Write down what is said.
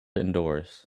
indoors